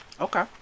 Okay